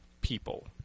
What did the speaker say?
people